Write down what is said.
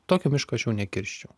tokio miško aš jau nekirsčiau